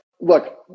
look